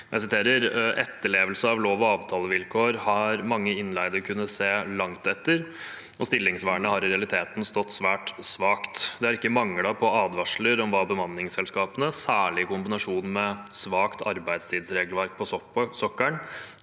De sier at etterlevelse av lov og avtalevilkår har mange innleide kunne se langt etter, og stillingsvern har i realiteten stått svært svakt. Det har ikke manglet på advarsler om hva bemanningsselskapene, særlig i kombinasjon med svakt arbeidstidsregelverk på sokkelen,